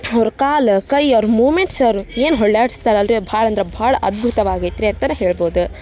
ಅವ್ರ ಕಾಲು ಕೈ ಅವ್ರ ಮೂಮೆಂಟ್ಸ್ ಅವ್ರು ಏನು ಹೊಳ್ಯಾಡ್ಸ್ತರಲ್ಲ ರಿ ಭಾಳ ಅಂದ್ರೆ ಭಾಳ ಅದ್ಭುತವಾಗೈತೆ ರಿ ಅಂತಲೇ ಹೇಳ್ಬೋದು